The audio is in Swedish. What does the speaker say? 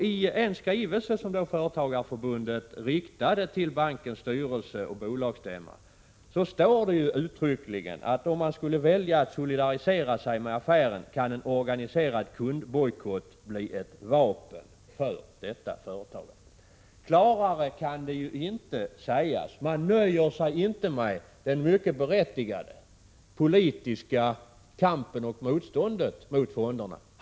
I en skrivelse som Företagareförbundet riktat till bankens styrelse och bolagsstämma står det uttryckligen att om man skulle välja solidarisera sig med affären kan en organiserad kundbojkott bli ett vapen när det gäller företaget. Klarare kan det inte sägas. Man nöjer sig inte med den mycket berättigade politiska kampen och det politiska motståndet mot fonderna.